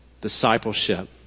discipleship